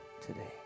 today